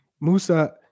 Musa